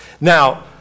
Now